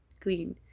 clean